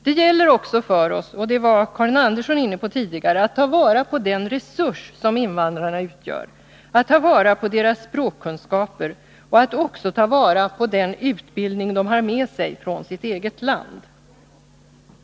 Det gäller också för oss — det var Karin Andersson inne på tidigare — att ta vara på den resurs som invandrarna utgör, att ta vara på deras språkkunskaper och att också ta vara på den utbildning de har med sig från sitt eget land.